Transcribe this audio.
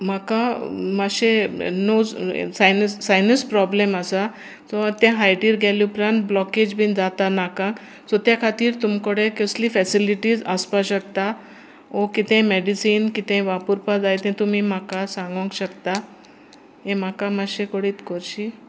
म्हाका मातशें नोज सायनस सायनस प्रोब्लेम आसा सो ते हायटीर गेले उपरांत ब्लॉकेज बीन जाता नाका सो त्या खातीर तुमकोडे कसली फेसिलिटीज आसपाक शकता वो कितें मॅडिसीन कितेंय वापरपा जाय तें तुमी म्हाका सांगूंक शकता हें म्हाका मातशें कळीत करशी